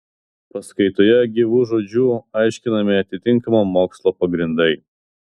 paskaitoje gyvu žodžiu aiškinami atitinkamo mokslo pagrindai